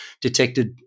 detected